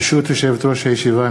ברשות יושבת-ראש הישיבה,